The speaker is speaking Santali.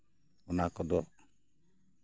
ᱚᱱᱟ ᱠᱚᱫᱚ